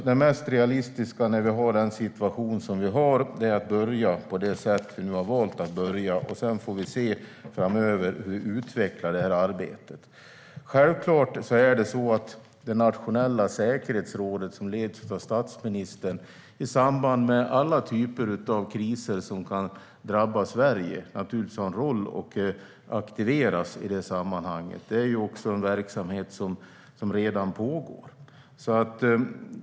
Det mest realistiska i den situation vi har är att börja på det sätt vi nu har valt. Sedan får vi se framöver hur vi utvecklar arbetet. Självklart ska det nationella säkerhetsrådet, som leds av statsministern, ha en roll och aktiveras i samband med alla typer av kriser som kan drabba Sverige. Det är också en verksamhet som redan pågår.